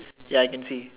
ya I can see